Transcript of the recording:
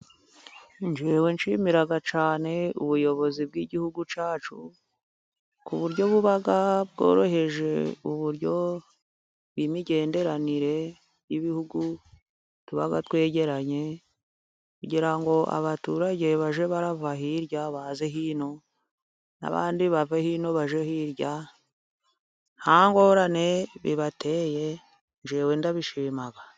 Ngewe nshimira cyane ubuyobozi bw'igihugu cyacu, ku buryo buba bworoheje uburyo bw'imigenderanire y'ibihugu tuba twegeranye ,kugira ngo abaturage bajye bava hirya baze hino, n'abandi bave hino bajye hirya, nta ngorane bibateye njjewe ndabishima.